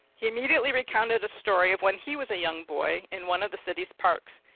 he immediately recounted a story of when he was a young boy, in one of the city's parks.